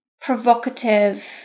provocative